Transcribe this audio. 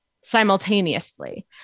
simultaneously